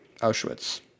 Auschwitz